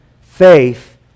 faith